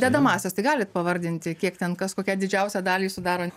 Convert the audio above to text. dedamąsias tai galit pavardinti kiek ten kas kokią didžiausią dalį sudaro